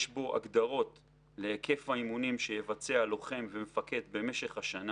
יש בו הגדרות להיקף האימונים שיבצע לוחם ומפקד במשך השנה.